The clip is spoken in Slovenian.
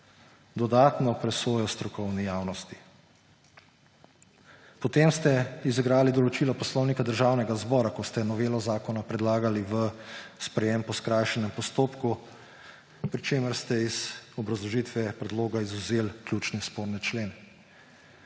dodatno presojo strokovni javnosti. Potem ste izigrali določilo Poslovnika Državnega zbora, ko ste novelo zakona predlagali v sprejetje po skrajšanem postopku, pri čemer ste iz obrazložitve predloga izvzeli ključne sporne člene.